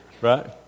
right